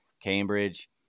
Cambridge